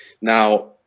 Now